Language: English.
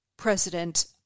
president